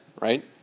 right